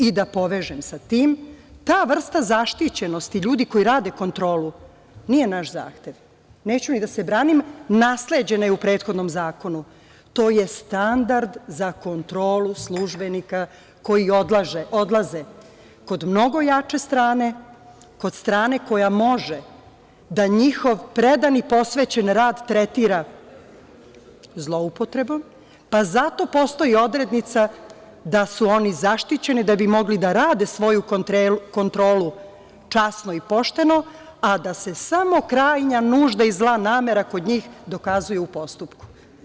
I da povežem sa tim – ta vrsta zaštićenosti ljudi koji rade kontrolu, nije naš zahtev, neću ni da se branim, nasleđena je u prethodnom zakonu, to je standard za kontrolu službenika koji odlaze kod mnogo jače strane, kod strane koja može da njihov predan i posvećen rad tretira zloupotrebom, pa zato postoji odrednica da su oni zaštićeni, da bi mogli da rade svoju kontrolu časno i pošteno, a da se samo krajnja nužda i zla namera kod njih dokazuju u postupku.